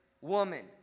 woman